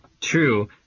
True